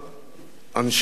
אנשי אמונה,